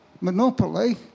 monopoly